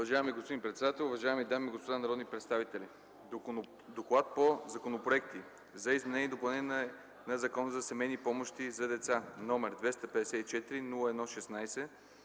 Уважаеми господин председател, уважаеми дами и господа народни представители! „ДОКЛАД по законопроекти за изменение и допълнение на Закона за семейни помощи за деца, № 254-01-16,